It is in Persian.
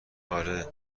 آره